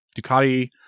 Ducati